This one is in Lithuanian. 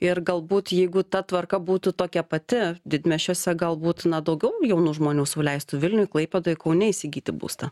ir galbūt jeigu ta tvarka būtų tokia pati didmiesčiuose galbūt daugiau jaunų žmonių sau leistų vilniuj klaipėdoj kaune įsigyti būstą